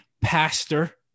pastor